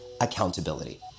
accountability